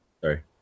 Sorry